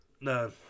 no